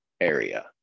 area